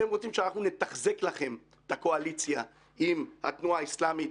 אתם רוצים שאנחנו נתחזק לכם את הקואליציה עם התנועה האסלאמית,